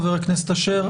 חבר הכנסת אשר?